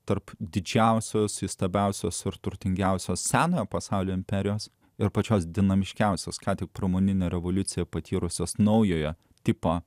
tarp didžiausios įstabiausios ir turtingiausios senojo pasaulio imperijos ir pačios dinamiškiausios ką tik pramoninę revoliuciją patyrusios naujojo tipo